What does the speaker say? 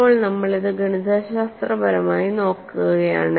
ഇപ്പോൾ നമ്മൾ ഇത് ഗണിതശാസ്ത്രപരമായി നോക്കുകയാണ്